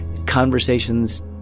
conversations